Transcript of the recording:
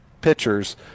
pitchers